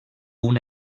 una